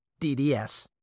DDS